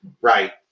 Right